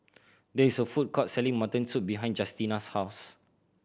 there is a food court selling mutton soup behind Justina's house